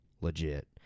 legit